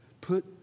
Put